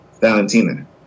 Valentina